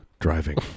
driving